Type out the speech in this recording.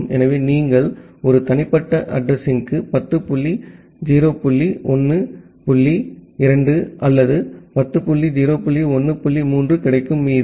எனவே நீங்கள் ஒரு தனிப்பட்ட அட்ரஸிங்க்கு 10 டாட் 0 டாட் 1 டாட் 2 அல்லது 10 டாட் 0 டாட் 1 டாட் 3 கிடைக்கும் மீது